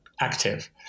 active